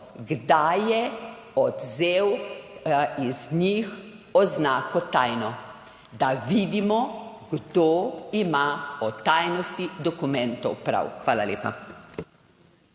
kdaj je odvzel iz njih oznako tajno, da vidimo kdo ima o tajnosti dokumentov prav. Hvala lepa.